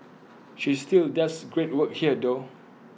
she still does great work here though